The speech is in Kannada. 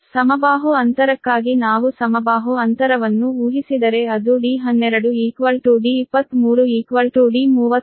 ಸಮಬಾಹು ಅಂತರಕ್ಕಾಗಿ ನಾವು ಸಮಬಾಹು ಅಂತರವನ್ನು ಊಹಿಸಿದರೆ ಅದು D12 D23 D31 D